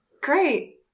Great